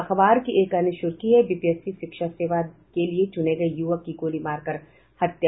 अखबार की एक अन्य सुर्खी है बीपीएससी शिक्षा सेवा के लिए चुने गये युवक की गोली मारकर हत्या